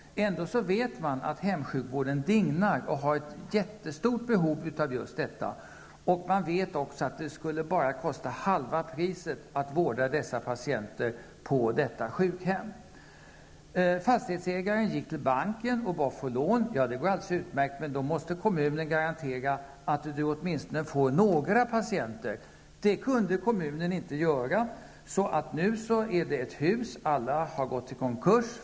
Ändå vet man att hemsjukvården dignar och har ett jättestort behov av just detta. Man vet också att det bara skulle kosta hälften så mycket som annars att vårda dessa patienter på detta sjukhem. Fastighetsägaren gick till banken och bad att få lån. Det går alldeles utmärkt, men då måste kommunen garantera att du åtminstone får några patienter. Det kunde kommunen inte göra. Så nu finns här ett hus vars samtliga hyresgäster har gått i konkurs.